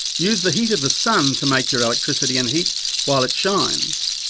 use the heat of the sun to make your electricity and heat while it shines.